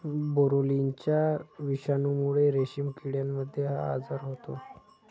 बोरोलिनाच्या विषाणूमुळे रेशीम किड्यांमध्ये हा आजार होतो